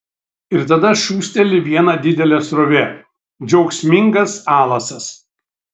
ir tada šūsteli viena didelė srovė džiaugsmingas alasas